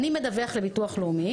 הם מדווחים לביטוח לאומי